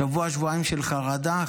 שבוע-שבועיים של חרדה,